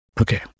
Okay